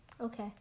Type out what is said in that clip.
Okay